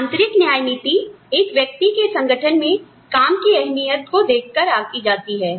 आंतरिक न्याय नीति एक व्यक्ति के संगठन में काम की अहमियत को देखकर आंकी जाती है